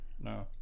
No